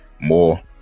more